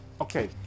Okay